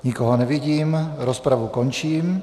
Nikoho nevidím, rozpravu končím.